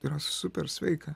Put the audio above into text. yra super sveika